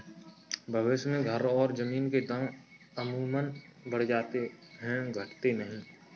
भविष्य में घर और जमीन के दाम अमूमन बढ़ जाते हैं घटते नहीं